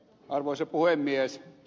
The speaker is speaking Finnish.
arvoisa puhemies